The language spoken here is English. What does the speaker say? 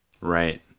Right